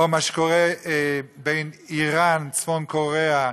או מה שקורה באיראן, צפון קוריאה,